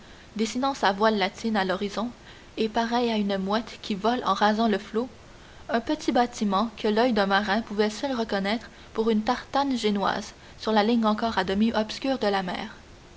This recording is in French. dessinant sa voile latine à l'horizon et pareil à une mouette qui vole en rasant le flot un petit bâtiment que l'oeil d'un marin pouvait seul reconnaître pour une tartane génoise sur la ligne encore à demi obscure de la mer